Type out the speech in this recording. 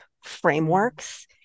frameworks